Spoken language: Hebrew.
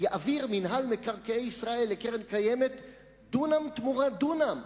יעביר מינהל מקרקעי ישראל לקרן קיימת דונם תמורת דונם.